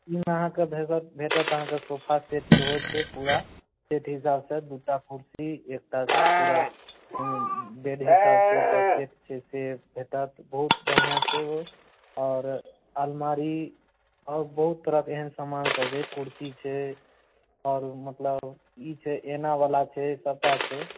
एहिमे अहाँके भेटत भेटत अहाँके सोफा सेट सेहो छै पूरा सेट हिसाबसँ दू टा कुर्सी एकटा पूरा बेड हिसाबसँ ओकर सेट छै से भेटत बहुत बढ़िआँ छै ओ आओर अलमारी आओर बहुत तरहके एहन सामानसभ कुर्सी छै आओर मतलब ई छै एनावला छै सभटा छै